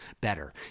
better